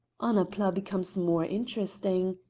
annapla becomes more interesting,